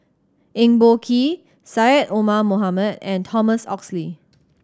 Eng Boh Kee Syed Omar Mohamed and Thomas Oxley